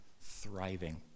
thriving